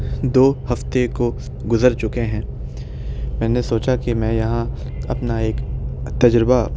دو ہفتے کو گزر چکے ہیں میں نے سوچا کہ میں یہاں اپنا ایک تجربہ